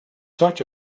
such